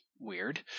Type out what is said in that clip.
weird